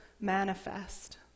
manifest